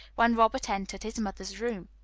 when robert entered his mother's room.